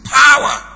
power